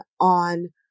on